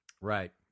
Right